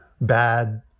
bad